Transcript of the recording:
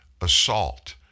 assault